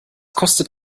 kostet